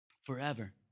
forever